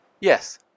Yes